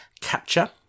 capture